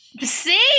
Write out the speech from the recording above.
See